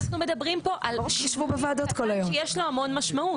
אבל אנחנו מדברים פה על סעיף קטן שיש לו המון משמעות.